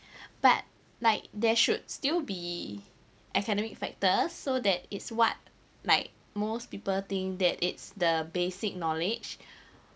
but like there should still be academic factors so that is what like most people think that it's the basic knowledge